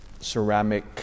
ceramic